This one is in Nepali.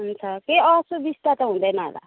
हुन्छ केही असुविस्ता त हुँदैन होला